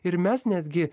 ir mes netgi